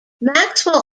maxwell